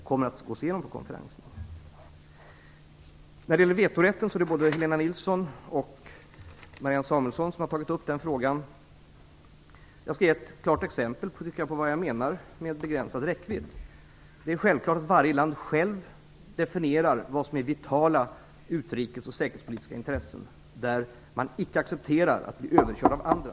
Denna fråga kommer att gås igenom på konferensen. Både Helena Nilsson och Marianne Samuelsson har tagit upp frågan om vetorätten. Jag skall ge ett klart exempel på vad jag menar med begränsad räckvidd. Det är självklart att varje land självt definierar vad som är vitala utrikes och säkerhetspolitiska intressen där man icke accepterar att bli överkörd av andra.